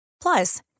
Plus